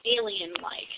alien-like